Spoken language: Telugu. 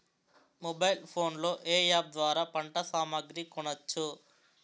మొబైల్ ఫోన్ లో ఏ అప్ ద్వారా పంట సామాగ్రి కొనచ్చు?